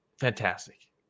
Fantastic